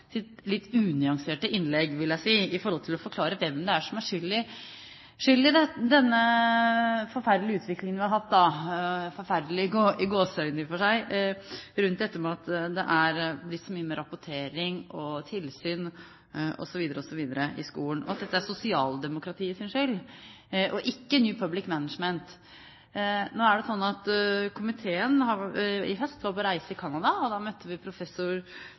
litt unyanserte innlegg, vil jeg si, med hensyn til å forklare hvem det er som har skyld i den forferdelige utviklingen vi har hatt – forferdelig i og for seg i gåseøyne – rundt dette med at det er blitt så mye mer rapportering, tilsyn osv. i skolen, og at dette er sosialdemokratiets skyld og ikke New Public Managements skyld. Komiteen var i høst på reise i Canada, og da møtte vi professor